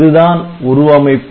இதுதான் உருவமைப்பு